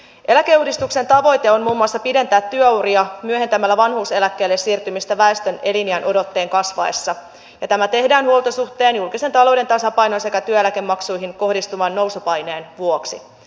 eläkeuudistuksen tavoite on muun muassa pidentää työuria myöhentämällä vanhuuseläkkeelle siirtymistä väestön eliniänodotteen kasvaessa ja tämä tehdään huoltosuhteen julkisen talouden tasapainon sekä työeläkemaksuihin kohdistuvan nousupaineen vuoksi